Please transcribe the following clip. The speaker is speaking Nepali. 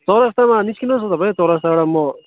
चौरस्तामा निस्किनुहोस् न तपाईँ चौरस्ताबाट म